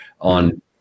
On